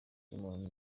y’umuntu